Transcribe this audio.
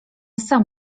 sam